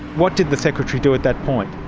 what did the secretary do at that point?